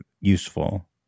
useful